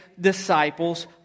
disciples